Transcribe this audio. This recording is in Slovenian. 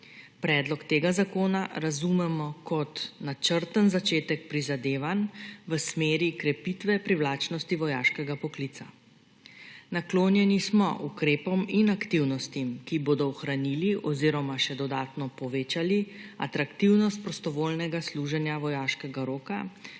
Predlog tega zakona razumemo kot načrten začetek prizadevanj v smeri krepitve privlačnosti vojaškega poklica. Naklonjeni smo ukrepom in aktivnostim, ki bodo ohranili oziroma še dodatno povečali atraktivnost prostovoljnega služenja vojaškega roka in